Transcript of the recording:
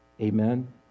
Amen